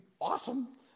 awesome